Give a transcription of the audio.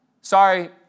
sorry